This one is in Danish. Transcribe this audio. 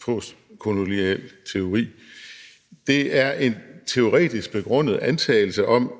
postkolonial teori? Det er en teoretisk begrundet antagelse om,